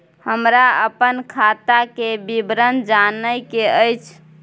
हमरा अपन खाता के विवरण जानय के अएछ?